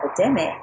epidemic